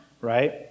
right